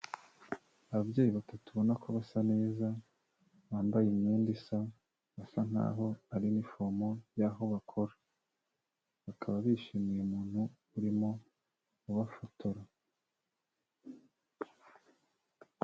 Ababyeyi batatu, ubona ko basa neza, bambaye imyenda isa, bisa nk'aho ari uniform yaho bakora, bakaba bishimiye umuntu urimo ubafotora.